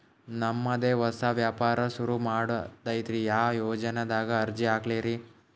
ನಮ್ ದೆ ಹೊಸಾ ವ್ಯಾಪಾರ ಸುರು ಮಾಡದೈತ್ರಿ, ಯಾ ಯೊಜನಾದಾಗ ಅರ್ಜಿ ಹಾಕ್ಲಿ ರಿ?